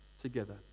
together